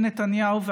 האמיתית.